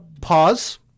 pause